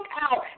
out